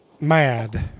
mad